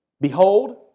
Behold